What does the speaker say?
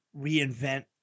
reinvent